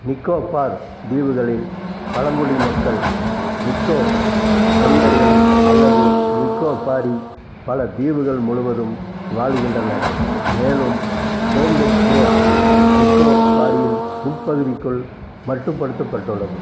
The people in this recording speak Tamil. நிக்கோபார் தீவுகளில் பழங்குடி மக்கள் நிக்கோ பரியர்கள் அல்லது நிக்கோபாரி பல தீவுகள் முழுவதும் வாழ்கின்றனர் மேலும் சோம்பென் கிரேஸ் நிக்கோபாரியின் உட்பகுதிக்குள் மட்டுப்படுத்தப்பட்டுள்ளது